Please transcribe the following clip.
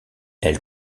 elle